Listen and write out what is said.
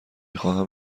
خواهم